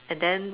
and then